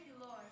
Lord